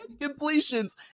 completions